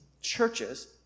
churches